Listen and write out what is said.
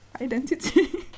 identity